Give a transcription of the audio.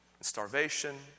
starvation